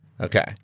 Okay